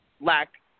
lack